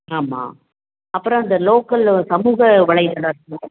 ஆமாம் அப்புறம் இந்த லோக்கல் சமூக வலைதளம் இருக்குல்ல